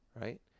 Right